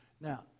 Now